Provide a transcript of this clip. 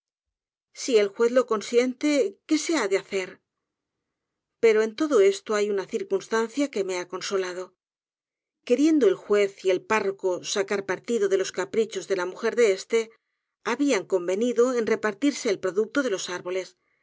si el juez lo consiente qué se ha de hacer pero en todo esto hay una circunstancia que me ha consolado queriendo el juez y el párroco sacar partido de los caprichos de la mujer de este ha bían convenido en repartirse el producto de los árbo